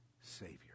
Savior